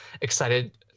excited